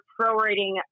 prorating